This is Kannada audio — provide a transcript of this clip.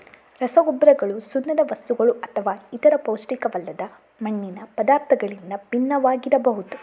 ರಸಗೊಬ್ಬರಗಳು ಸುಣ್ಣದ ವಸ್ತುಗಳುಅಥವಾ ಇತರ ಪೌಷ್ಟಿಕವಲ್ಲದ ಮಣ್ಣಿನ ಪದಾರ್ಥಗಳಿಂದ ಭಿನ್ನವಾಗಿರಬಹುದು